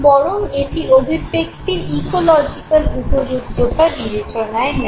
বরং এটি অভিব্যক্তির ইকোলজিকাল উপযুক্ততা বিবেচনায় নেয়